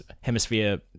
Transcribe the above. hemisphere